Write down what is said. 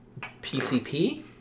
PCP